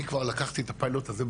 אני כבר לקחתי את הפיילוט הזה,